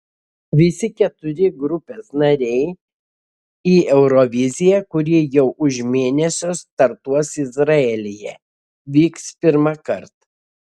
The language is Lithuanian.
visi keturi grupės nariai į euroviziją kuri jau už mėnesio startuos izraelyje vyks pirmąkart